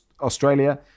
Australia